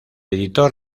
editor